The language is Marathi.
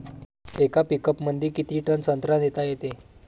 येका पिकअपमंदी किती टन संत्रा नेता येते?